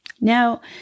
Now